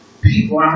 people